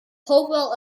hopewell